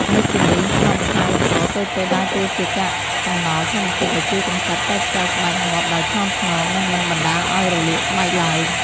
លើសពីនេះ គ្រាប់ម្សៅអង្ករតូចៗដើរតួជាកាកសំណល់ធម្មជាតិដែលជួយកម្ចាត់កោសិកាស្បែកងាប់ដោយថ្នមៗ និងមិនបណ្ដាលឱ្យរលាកស្បែកឡើយ។